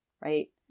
right